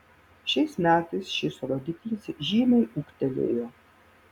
šiais metais šis rodiklis žymiai ūgtelėjo